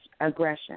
aggression